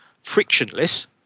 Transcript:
frictionless